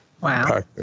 Wow